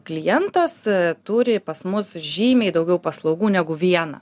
klientas turi pas mus žymiai daugiau paslaugų negu vieną